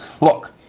Look